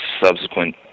subsequent